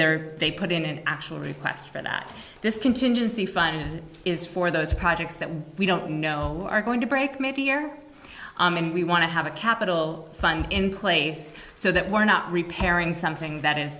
they're they put in an actual request for that this contingency fund is for those projects that we don't you know our going to break maybe year and we want to have a capital fund in place so that we're not repairing something that i